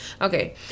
Okay